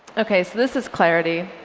ok, so this is clarity.